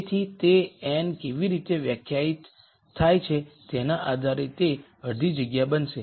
તેથી તે n કેવી રીતે વ્યાખ્યાયિત થાય છે તેના આધારે તે અડધી જગ્યા બનશે